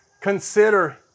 Consider